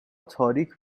تاریک